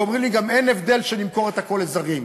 ואומרים לי גם שאין הבדל אם נמכור את הכול לזרים.